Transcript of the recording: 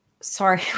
sorry